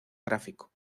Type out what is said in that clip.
gráfico